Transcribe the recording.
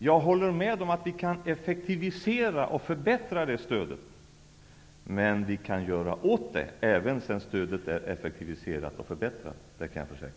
Jag håller med om att vi kan effektivisera och förbättra stödet, men vi kan hjälpa även sedan stödet är effektiviserat och förbättrat. Det kan jag försäkra.